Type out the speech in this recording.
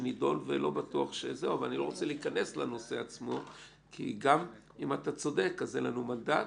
אבל אני לא רוצה להיכנס לנושא עצמו כי גם אם אתה צודק אז אין לנו מנדט,